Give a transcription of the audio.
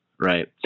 right